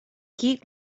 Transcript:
heat